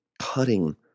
cutting